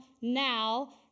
now